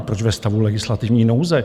Proč ve stavu legislativní nouze?